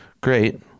Great